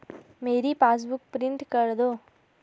मेरी passbook print कर दो